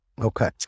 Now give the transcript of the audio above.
Okay